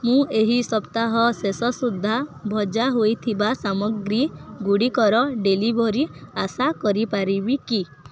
ମୁଁ ଏହି ସପ୍ତାହ ଶେଷ ସୁଦ୍ଧା ଭଜା ହୋଇଥିବା ସାମଗ୍ରୀଗୁଡ଼ିକର ଡ଼େଲିଭରି ଆଶା କରିପାରିବି କି